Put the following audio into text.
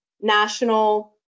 national